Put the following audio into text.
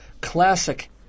classic